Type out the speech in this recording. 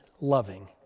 loving